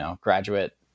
graduate